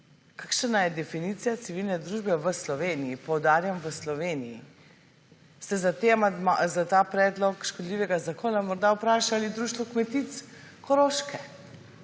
Kakšna je definicija civilne družbe v Sloveniji poudarjam v Sloveniji? Ali ste za ta predlog škodljivega zakona morda vprašali Društvo kmetic Koroške